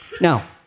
Now